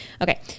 Okay